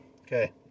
Okay